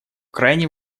крайне